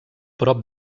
prop